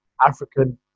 African